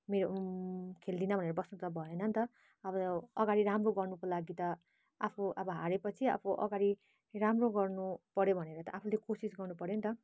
मेरो खेल्दिनँ भनेर बस्नु त भएन नि त अब अगाडि राम्रो गर्नुको लागि त आफू अब हाऱ्योपछि अब अगाडि राम्रो गर्नुपऱ्यो भनेर त आफूले कोसिस गर्नुपऱ्यो नि त